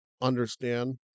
understand